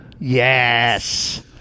Yes